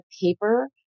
paper